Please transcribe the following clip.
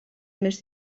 més